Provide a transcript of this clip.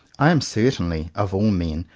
i am certainly, of all men,